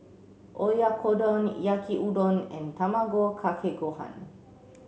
Oyakodon Yaki Udon and Tamago Kake Gohan